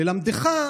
ללמדך.